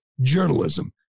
journalism